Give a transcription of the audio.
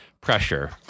pressure